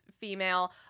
female